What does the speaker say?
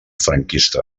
franquista